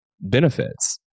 benefits